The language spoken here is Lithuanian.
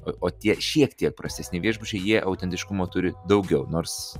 o o tie šiek tiek prastesni viešbučiai jie autentiškumo turi daugiau nors